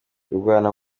kurwana